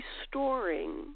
restoring